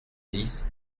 dix